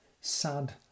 sad